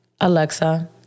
Alexa